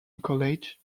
college